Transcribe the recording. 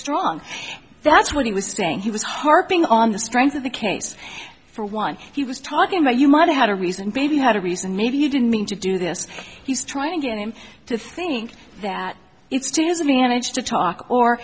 strong that's what he was saying he was harping on the strength of the case for one he was talking about you might have had a reason baby had a reason maybe you didn't mean to do this he's trying to get him to think that it's to his advantage to talk or